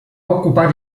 ocupar